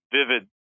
vivid